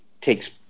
takes